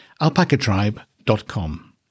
alpacatribe.com